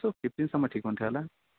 यसो फिफ्टिनसम्म ठिक हुन्थ्यो होला